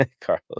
carlos